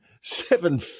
seven